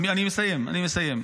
אני מסיים, אני מסיים.